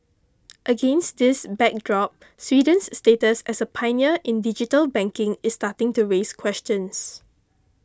against this backdrop Sweden's status as a pioneer in digital banking is starting to raise questions